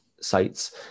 sites